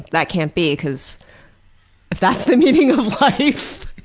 that can't be because if that's the meaning of life,